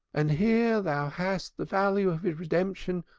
and here thou hast the value of his redemption,